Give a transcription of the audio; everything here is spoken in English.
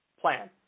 plan